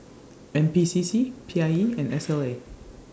N P C C P I E and S L A